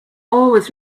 always